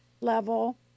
level